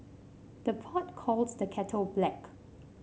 the pot calls the kettle black